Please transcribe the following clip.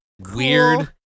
weird